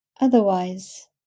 Otherwise